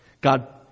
God